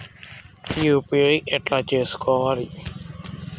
UPI ఎట్లా చేసుకోవాలి?